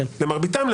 למרביתם.